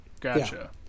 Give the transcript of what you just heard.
Gotcha